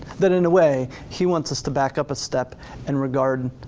that in a way, he wants us to back up a step and regard,